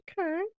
Okay